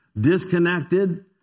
disconnected